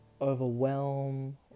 overwhelm